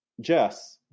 Jess